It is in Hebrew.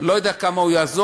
אני לא יודע כמה הוא יעזור.